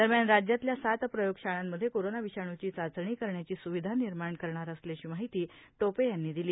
दरम्यान राज्यातल्या सात प्रयोगशाळांमध्ये कोरोना विषाणूची चाचणी करण्याची स्विधा निर्माण करणार असल्याची माहिती टोपे यांनी दिली